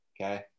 Okay